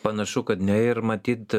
panašu kad ne ir matyt